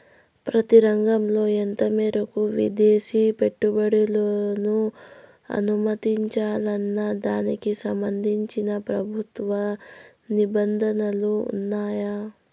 ప్రతి రంగంలో ఎంత మేరకు విదేశీ పెట్టుబడులను అనుమతించాలన్న దానికి సంబంధించి ప్రభుత్వ నిబంధనలు ఉన్నాయా?